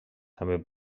també